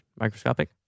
microscopic